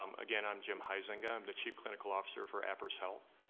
um again, i'm jim huizenga, i'm the chief clinical officer for appriss health.